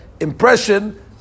impression